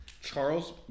Charles